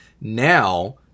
now